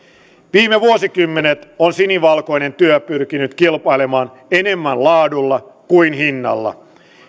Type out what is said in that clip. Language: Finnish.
viime vuosikymmenet on sinivalkoinen työ pyrkinyt kilpailemaan enemmän laadulla kuin hinnalla